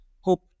Hope